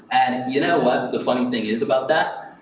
and and you know what the funny thing is about that?